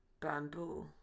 Bamboo